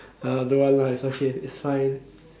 uh don't want lah it's okay it's fine